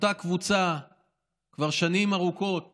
אותה קבוצה כבר שנים ארוכות